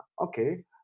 okay